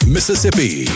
Mississippi